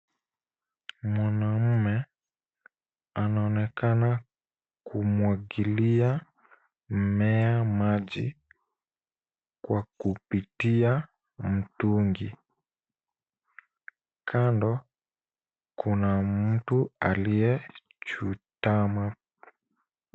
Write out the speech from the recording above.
Mwanamume anaonekana kumwagilia mmea maji kwa kupitia mtungi kando kuna mtu aliyechutama.